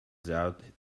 zout